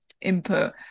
input